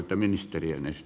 arvoisa puhemies